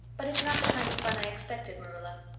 but it's not the kind of fun i expected, marilla.